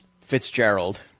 Fitzgerald